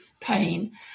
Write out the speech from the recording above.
pain